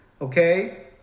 okay